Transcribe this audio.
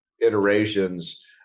iterations